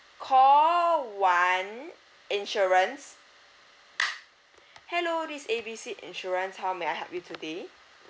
call one insurance hello this A B C insurance how may I help you today